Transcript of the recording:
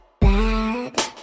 bad